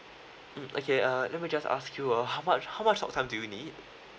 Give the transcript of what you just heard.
mm okay uh let me just ask you uh how much how much talk time do you need